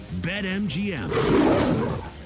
BetMGM